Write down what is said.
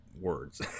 words